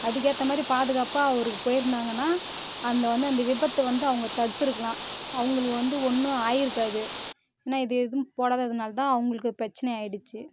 அதுக்கேற்ற மாரி பாதுகாப்பாக அவருக்கு போயிருந்தாங்கன்னால் அந்த வந்து அந்த விபத்தை வந்து அவங்க தடுத்திருக்கலாம் அவங்களுக்கு வந்து ஒன்றும் ஆகிருக்காது ஆனால் இது எதுவும் போடாததுனால் தான் அவங்களுக்கு பிரச்சினையா ஆகிடுச்சி